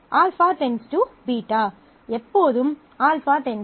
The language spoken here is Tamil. எப்போதும் α → β